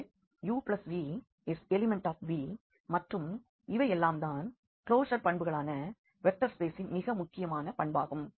எனவே uv∈V மற்றும் இவையெல்லாம் தான் க்ளோஷர் பண்புகளான வெக்டர் ஸிபேசின் மிக முக்கிய பண்புகள் ஆகும்